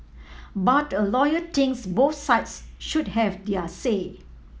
but a lawyer thinks both sides should have their say